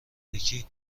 یکی